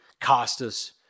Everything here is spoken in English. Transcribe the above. Costas